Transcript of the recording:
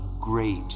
great